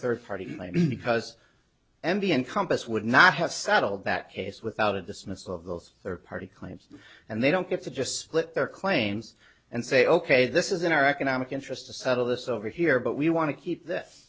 third party because m b encompass would not have settled that case without a dismissal of those their party claims and they don't have to just split their claims and say ok this is in our economic interest to settle this over here but we want to keep this